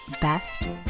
Best